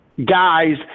Guys